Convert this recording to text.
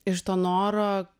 iš to noro